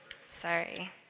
Sorry